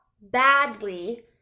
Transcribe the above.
badly